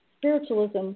spiritualism